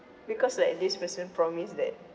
because like this person promised that